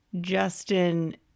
Justin